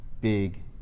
big